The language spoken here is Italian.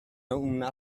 una